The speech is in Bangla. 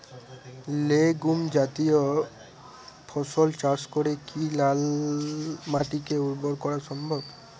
লেগুম জাতীয় ফসল চাষ করে কি লাল মাটিকে উর্বর করা সম্ভব?